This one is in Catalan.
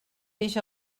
peix